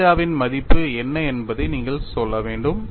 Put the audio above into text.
தீட்டாவின் மதிப்பு என்ன என்பதை நீங்கள் சொல்ல வேண்டும்